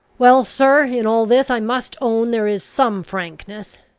well, sir, in all this i must own there is some frankness.